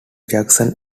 jackson